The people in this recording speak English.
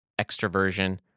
extroversion